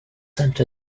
sent